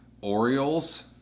Orioles